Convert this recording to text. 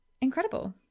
incredible